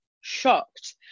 shocked